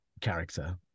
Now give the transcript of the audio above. character